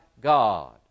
God